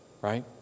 right